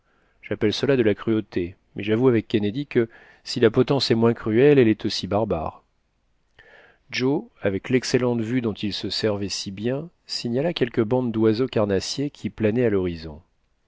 j'appelle cela de la cruauté mais j'avoue avec kennedy que si la potence est moins cruelle elle est aussi barbare joe avec l'excellente vue dont il se servait si bien signala quelques bandes d'oiseaux carnassiers qui planaient à l'horizon